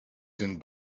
den